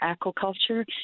aquaculture